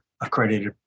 accredited